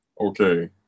Okay